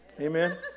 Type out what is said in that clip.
Amen